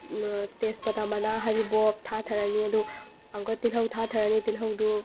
ꯇꯦꯖꯄꯇꯥ ꯃꯅꯥ ꯍꯩꯔꯤꯕꯣꯞ ꯊꯥꯊꯔꯅꯤ ꯑꯗꯣ ꯑꯃꯨꯛꯀ ꯇꯤꯜꯍꯧ ꯊꯥꯊꯔꯅꯤ ꯊꯤꯜꯍꯧꯗꯨ